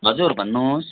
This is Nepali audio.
हजुर भन्नुहोस्